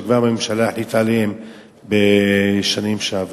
שהממשלה כבר החליטה עליו בשנים שעברו.